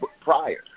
prior